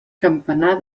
campanar